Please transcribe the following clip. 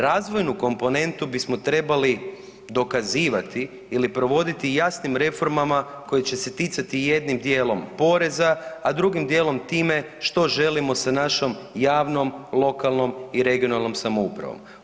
Razvojnu komponentu bismo trebali dokazivati ili provoditi jasnim reformama koje će se ticati jednim dijelom poreza, a drugim dijelom time što želimo sa našom javnom lokalnom i regionalnom samoupravom.